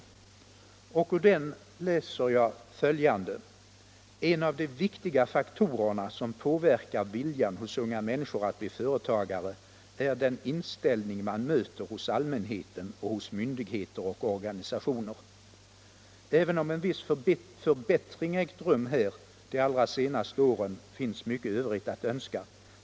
I den läser jag följande: ”En av de viktiga faktorerna som påverkar viljan hos unga människor att bli företagare är den inställning man möter hos allmänheten och hos myndigheter och organisationer. Även om en viss förbättring ägt rum här de allra senaste åren finns mycket övrigt att önska.